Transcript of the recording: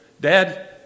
Dad